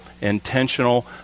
intentional